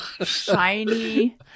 Shiny